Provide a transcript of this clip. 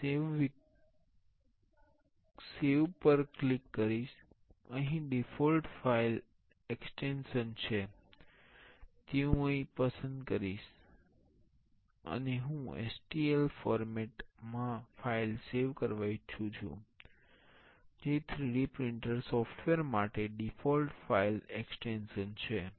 હું સેવ પર ક્લિક કરીશ અહીં ડિફોલ્ટ ફાઇલ એક્સ્ટેંશન છે તે હું અહીં પસંદ કરીશ અને હું STL ફોર્મેટ માં ફાઇલ ઇચ્છું છું જે 3D પ્રિંટર સોફ્ટવૅર માટે ડિફોલ્ટ ફાઇલ એક્સ્ટેંશન છે